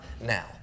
now